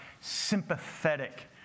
sympathetic